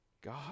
God